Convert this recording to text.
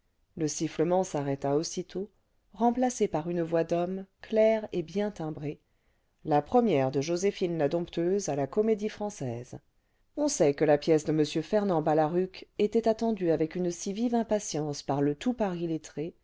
le sifflement s'arrêta aussitôt remplacé par une voix d'homme claire et bien timbrée la peemibke de joséphine la dompteuse a la comédie-française on sait que la pièce de m fernand balaruc était attendue avec une si vive impatience par le tout paris